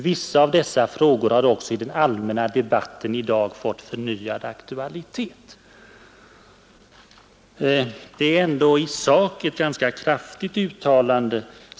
Vissa av dessa frågor har också i den allmänna debatten i dag fått förnyad aktualitet ———.” Det är ändå i sak ett kraftigt uttalande.